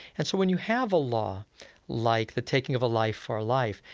and so when you have a law like the taking of a life for a life,